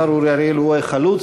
השר אורי אריאל הוא חלוץ.